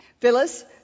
Phyllis